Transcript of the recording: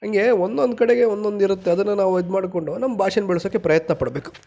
ಹಾಗೆ ಒಂದೊಂದು ಕಡೆಗೆ ಒಂದೊಂದು ಇರುತ್ತೆ ಅದನ್ನು ನಾವು ಇದು ಮಾಡಿಕೊಂಡು ನಮ್ಮ ಭಾಷೆನ ಬೆಳೆಸೋಕೆ ಪ್ರಯತ್ನ ಪಡಬೇಕು